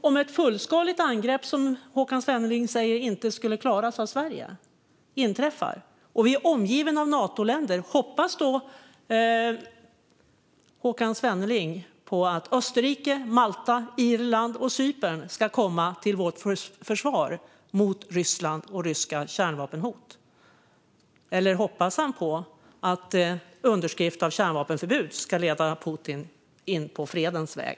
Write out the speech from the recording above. Om det fullskaliga angrepp som Håkan Svenneling säger att Sverige inte skulle klara inträffar och vi är omgivna av Natoländer, hoppas då Håkan Svenneling att Österrike, Malta, Irland och Cypern ska komma till vårt försvar mot Ryssland och ryska kärnvapenhot? Eller hoppas han på att en underskrift av ett kärnvapenförbud ska leda Putin in på fredens väg?